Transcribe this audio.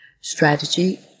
Strategy